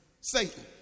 Satan